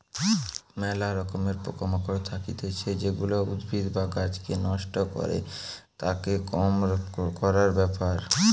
ম্যালা রকমের পোকা মাকড় থাকতিছে যেগুলা উদ্ভিদ বা গাছকে নষ্ট করে, তাকে কম করার ব্যাপার